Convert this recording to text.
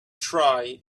try